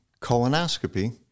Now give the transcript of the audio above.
colonoscopy